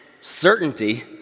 certainty